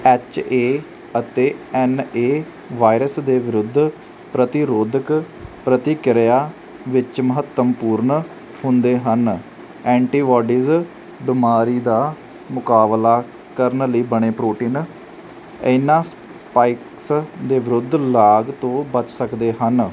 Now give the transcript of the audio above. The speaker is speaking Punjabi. ਐੱਚ ਏ ਅਤੇ ਐੱਨ ਏ ਵਾਇਰਸ ਦੇ ਵਿਰੁੱਧ ਪ੍ਰਤੀਰੋਧਕ ਪ੍ਰਤੀਕ੍ਰਿਆ ਵਿੱਚ ਮਹੱਤਵਪੂਰਨ ਹੁੰਦੇ ਹਨ ਐਂਟੀਬਾਡੀਜ਼ ਬਿਮਾਰੀ ਦਾ ਮੁਕਾਬਲਾ ਕਰਨ ਲਈ ਬਣੇ ਪ੍ਰੋਟੀਨ ਇਹਨਾਂ ਸਪਾਈਕਸ ਦੇ ਵਿਰੁੱਧ ਲਾਗ ਤੋਂ ਬਚ ਸਕਦੇ ਹਨ